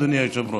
אדוני היושב-ראש.